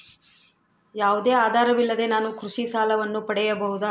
ಯಾವುದೇ ಆಧಾರವಿಲ್ಲದೆ ನಾನು ಕೃಷಿ ಸಾಲವನ್ನು ಪಡೆಯಬಹುದಾ?